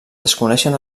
desconeixen